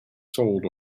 sold